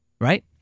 Right